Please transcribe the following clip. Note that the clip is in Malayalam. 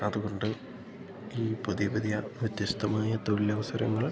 അതു കൊണ്ട് ഈ പുതിയ പുതിയ വ്യത്യസ്ഥമായ തൊഴിലവസരങ്ങൾ